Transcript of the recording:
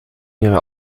ihre